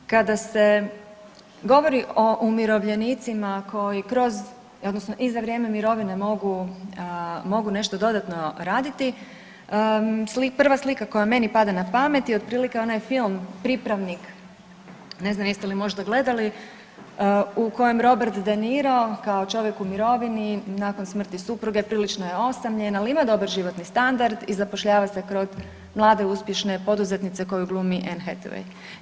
Kada se govori o umirovljenicima koji kroz odnosno i za vrijeme mirovine mogu, mogu nešto dodatno raditi prva slika koja meni pada na pamet je otprilike onaj film Priprvnik, ne znam jest li možda gledali u kojem Robert De Niro kao čovjek u mirovini nakon smrti supruge prilično je osamljen, ali ima dobar životni standard i zapošljava se kod mlade, uspješne poduzetnice koju glumi Anne Hathaway.